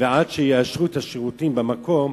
ועד שיאשרו את השירותים במקום,